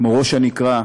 כמו ראש הנקרה,